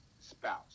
spouse